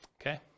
okay